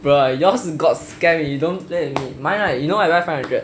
bro yours got scammed you don't play with me mine right you know why I buy five hundred